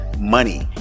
money